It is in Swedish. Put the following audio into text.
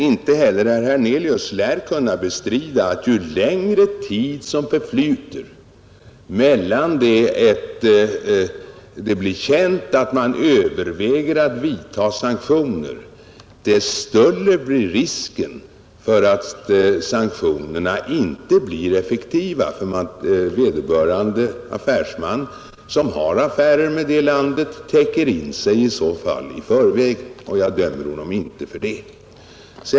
Inte heller herr Hernelius lär kunna bestrida att ju längre tid som förflyter sedan det blivit känt att man överväger att vidta sanktioner, desto större blir risken för att sanktionerna inte blir effektiva därför att vederbörande affärsman — som har affärer med det aktuella landet — täcker in sig i förväg, och jag dömer honom inte för det.